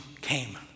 came